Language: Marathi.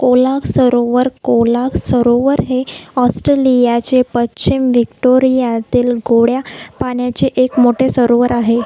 कोलाक सरोवर कोलाक सरोवर हे ऑस्ट्रेलियाचे पश्चिम विक्टोरियातील गोड्या पाण्याचे एक मोठे सरोवर आहे